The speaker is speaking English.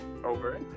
Over